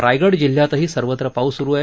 रायगड जिल्ह्यातही सर्वत्र पाऊस स्रु आहे